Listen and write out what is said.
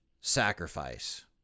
sacrifice